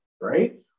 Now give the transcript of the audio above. right